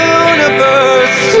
universe